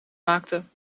maakte